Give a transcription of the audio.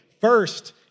first